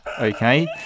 Okay